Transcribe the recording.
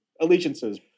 allegiances